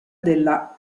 della